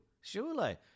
Surely